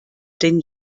denn